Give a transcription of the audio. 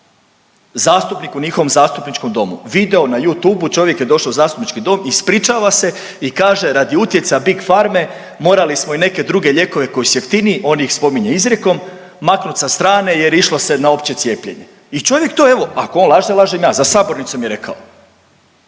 zastupnik u njihovom zastupničkom domu, video na You Tube-u, čovjek je došao u zastupnički dom, ispričava se i kaže radi utjecaja Big Pharme, morali smo i neke druge lijekove koji su jeftiniji, on ih spominje izrijekom, maknut sa strane jer išlo se na opće cijepljenje. I čovjek to evo, ako on laže, lažem ja, za sabornicom im je rekao.